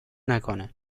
نکنه